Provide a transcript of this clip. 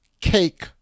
cake